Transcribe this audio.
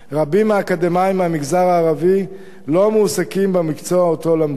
רבים מהאקדמאים מהמגזר הערבי לא מועסקים במקצוע שלמדו.